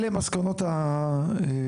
אלה הן מסקנות הוועדה.